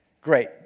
Great